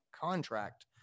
contract